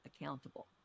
accountable